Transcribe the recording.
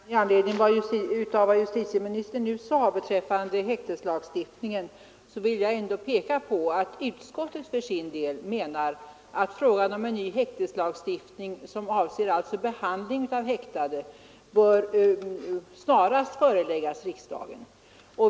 Herr talman! Med anledning av vad justitieministern nu sade beträffande häkteslagstiftningen vill jag ändå peka på att utskottet för sin del menar att frågan om en ny häkteslagstiftning, som avser behandlingen av häktade, snarast bör föreläggas riksdagen.